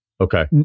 Okay